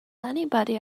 anybody